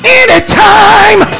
anytime